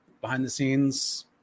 behind-the-scenes